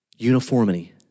Uniformity